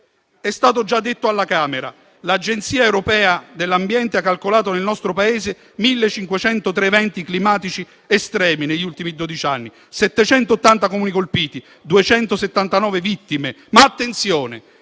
stato già detto alla Camera, l'Agenzia europea dell'ambiente ha calcolato nel nostro Paese 1.503 eventi climatici estremi negli ultimi dodici anni, 780 Comuni colpiti e 279 vittime; ma di